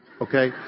Okay